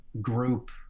group